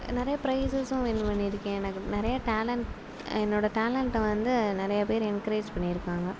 நிறைய ப்ரைஸஸும் வின் பண்ணி இருக்கேன் எனக்கு நிறைய டேலண்ட் என்னோட டேலண்டை வந்து நிறைய பேர் என்க்ரேஜ் பண்ணி இருக்காங்க